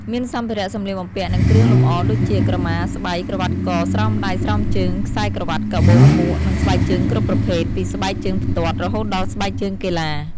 មានសម្ភារៈសម្លៀកបំពាក់ និងគ្រឿងលម្អ ដូចជា ក្រមា ស្បៃ ក្រវ៉ាត់ក ស្រោមដៃ ស្រោមជើង ខ្សែក្រវ៉ាត់ កាបូប មួក និងស្បែកជើងគ្រប់ប្រភេទ ពីស្បែកជើងផ្ទាត់ រហូតដល់ស្បែកជើងកីឡា។